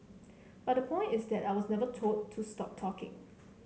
but the point is that I was never told to stop talking